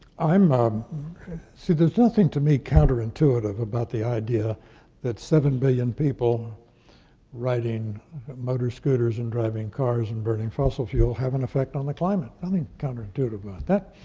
i'm, ah see, there's nothing, to me, counterintuitive about the idea that seven billion people riding motor scooters and driving cars and burning fossil fuel have an effect on the climate. nothing counterintuitive about that.